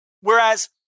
whereas